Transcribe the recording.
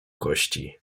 kości